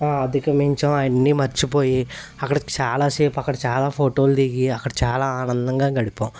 అధిగమించాం అయన్నీ మర్చిపోయి అక్కడ చాలా సేపు అక్కడ చాలా ఫోటోలు దిగి అక్కడ చాలా ఆనందంగా గడిపాం